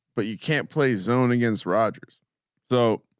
but you can't play zone against rodgers though.